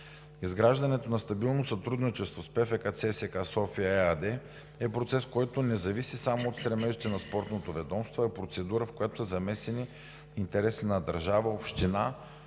Изграждането на стабилно сътрудничество с ПФК ЦСКА – София ЕАД, е процес, който не зависи само от стремежите на спортното ведомство, а е процедура, в която са замесени интересите на държава, община,